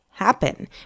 happen